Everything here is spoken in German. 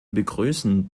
begrüßen